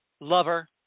lover